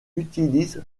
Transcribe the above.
utilise